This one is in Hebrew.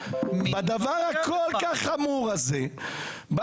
בדבר החמור הזה,